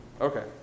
Okay